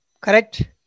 correct